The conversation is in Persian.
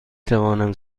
توانم